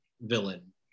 villain